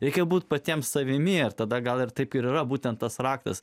reikia būti patiems savimi ir tada gal ir taip yra būtent tas raktas